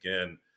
again